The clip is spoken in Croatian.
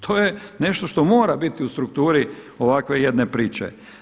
To je nešto što mora biti u strukturi ovakve jedne priče.